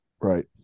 Right